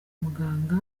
muganga